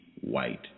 white